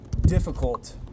difficult